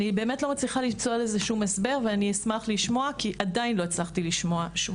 אני לא מצליחה למצוא לזה הסבר ואשמח לשמוע אם יש כזה.